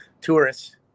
tourists